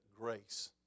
Grace